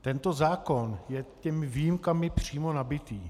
Tento zákon je těmito výjimkami přímo nabitý.